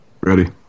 Ready